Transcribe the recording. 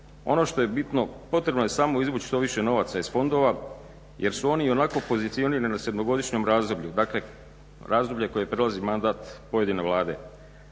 Ono što je bitno, potrebno je samo izvući samo što više novaca iz fondova jer su oni ionako pozicionirani u sedmogodišnjem razdoblju. Dakle, razdoblje koje prelazi mandat pojedine Vlade.